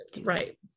Right